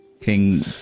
king